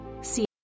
See